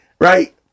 right